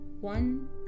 one